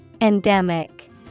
Endemic